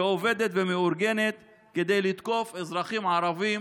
שעובדת ומאורגנת כדי לתקוף אזרחים ערבים